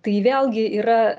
tai vėlgi yra